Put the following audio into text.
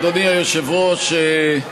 אדוני היושב-ראש,